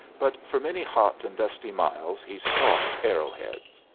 but for many hot and dusty miles he stalked arrow-heads.